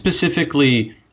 specifically